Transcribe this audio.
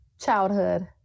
Childhood